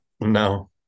No